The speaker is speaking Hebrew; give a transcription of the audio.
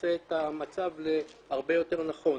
שיעשה את המצב להרבה יותר נכון.